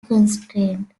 constrained